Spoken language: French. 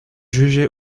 jugeait